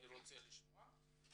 אני רוצה לשמוע.